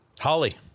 Holly